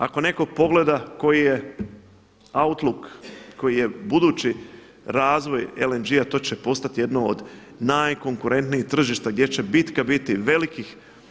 Ako netko pogleda koji je outlook, koji je budući razvoj LNG-a to će postati jedno od najkonkurentnijih tržišta gdje će bitka biti velikih.